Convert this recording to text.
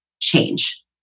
change